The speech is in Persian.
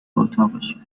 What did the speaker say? اتاقشه